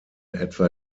etwa